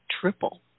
triple